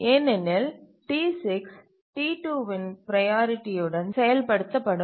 ஏனெனில் T6 T2இன் ப்ரையாரிட்டியுடன் செயல்படுத்தப்படும்